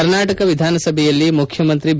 ಕರ್ನಾಟಕ ವಿಧಾನಸಭೆಯಲ್ಲಿ ಮುಖ್ಯಮಂತ್ರಿ ಬಿ